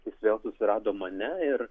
jis vėl susirado mane ir